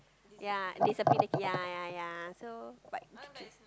ya discipline the kid ya ya ya so but